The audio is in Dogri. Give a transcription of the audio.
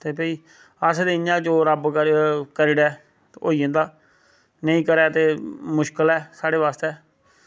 ते भाई अस ते इ'यां गै जो रब्ब करी ओड़े ते होई जंदा नेईं करै ते मुश्कल ऐ साढ़े बास्तै